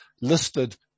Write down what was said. listed